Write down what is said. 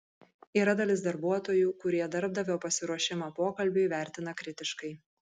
yra dalis darbuotojų kurie darbdavio pasiruošimą pokalbiui vertina kritiškai